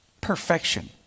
perfection